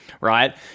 right